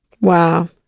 wow